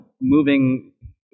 moving